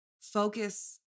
focus